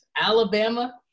Alabama